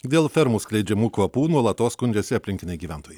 dėl fermų skleidžiamų kvapų nuolatos skundžiasi aplinkiniai gyventojai